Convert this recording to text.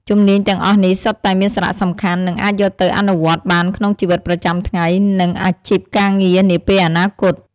ជំនាញទាំងអស់នេះសុទ្ធតែមានសារៈសំខាន់ និងអាចយកទៅអនុវត្តបានក្នុងជីវិតប្រចាំថ្ងៃ និងអាជីពការងារនាពេលអនាគត។